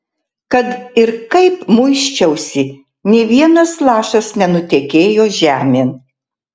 kad ir kaip muisčiausi nė vienas lašas nenutekėjo žemėn